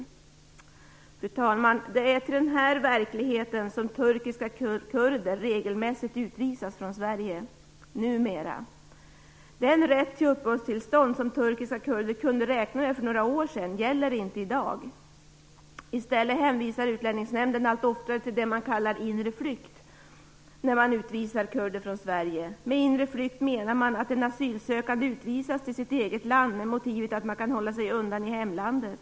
Fru talman! Det är till den här verkligheten turkiska kurder regelmässigt utvisas från Sverige - numera. Den rätt till uppehållstillstånd som turkiska kurder kunde räkna med för några år sedan gäller inte i dag. I stället hänvisar Utlänningsnämnden allt oftare till det man kallar inre flykt när man utvisar kurder från Sverige. Med inre flykt menar man att en asylsökande utvisas med motiveringen att han kan hålla sig gömd i hemlandet.